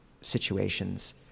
situations